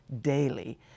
daily